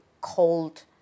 cold